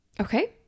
okay